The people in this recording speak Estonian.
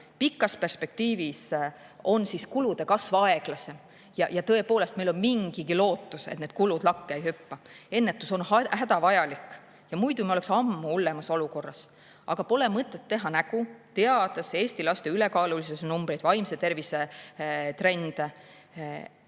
pikas perspektiivis on siis kulude kasv aeglasem ja meil on mingigi lootus, et need kulud lakke ei hüppa. Ennetus on hädavajalik, muidu me oleksime ammu hullemas olukorras. Aga pole mõtet teha nägu, teades Eesti laste ülekaalulisuse numbreid ja vaimse tervise trende,